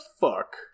fuck